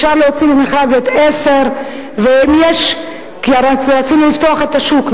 אפשר להוציא למכרז את 10. כי הרי רצינו לפתוח את השוק,